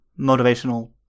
motivational